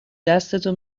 دستتو